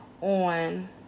on